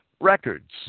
records